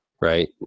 right